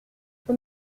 this